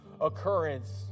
occurrence